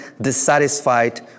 dissatisfied